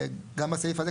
גם בסעיף הזה,